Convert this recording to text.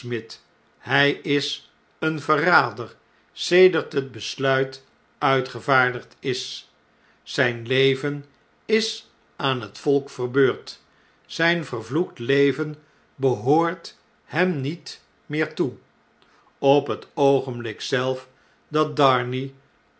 hjj is een verrader sedert het besluit uitgevaardigd is zijn leven is aan het volk verbeurd zjjn vervloekt leven behoort hem niet meer toe i op het oogenblik zelf dat darnay